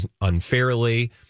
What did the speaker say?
unfairly